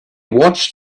watched